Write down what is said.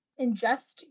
ingest